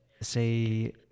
say